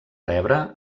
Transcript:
rebre